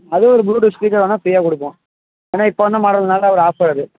அது ஒரு bluetooth speaker வாங்கினா ஃப்ரீயாக கொடுப்போம் ஏன்னா இப்போ வந்த மாடல்னால் ஒரு ஆஃபர் அது